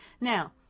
Now